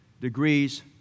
degrees